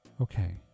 Okay